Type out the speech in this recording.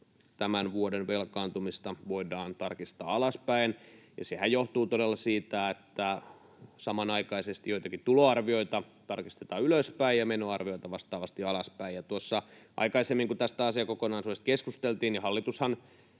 tämän vuoden velkaantumista voidaan tarkistaa alaspäin. Sehän johtuu todella siitä, että samanaikaisesti joitakin tuloarvioita tarkistetaan ylöspäin ja menoarviota vastaavasti alaspäin. Tuossa aikaisemmin, kun tästä asiakokonaisuudesta keskusteltiin, hallitushan